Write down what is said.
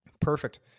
Perfect